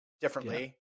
differently